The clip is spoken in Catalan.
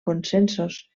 consensos